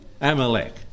Amalek